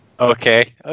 Okay